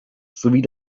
sowie